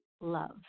love